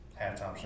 halftime